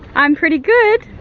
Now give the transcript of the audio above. i'm pretty good.